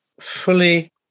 fully